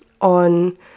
on